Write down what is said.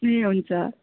ए हुन्छ